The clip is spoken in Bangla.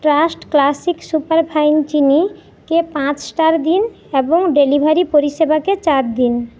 ট্রাস্ট ক্লাসিক সুপারফাইন চিনিকে পাঁচ স্টার দিন এবং ডেলিভারি পরিষেবাকে চার দিন